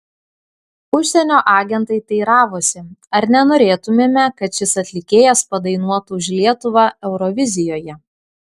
užsienio agentai teiravosi ar nenorėtumėme kad šis atlikėjas padainuotų už lietuvą eurovizijoje